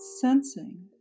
sensing